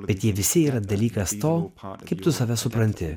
bet jie visi yra dalykas to kaip tu save supranti